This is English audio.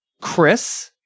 Chris